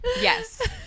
Yes